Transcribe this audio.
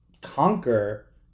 conquer